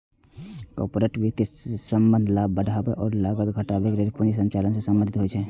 corporate वित्तक संबंध लाभ बढ़ाबै आ लागत घटाबै लेल पूंजी संचालन सं संबंधित होइ छै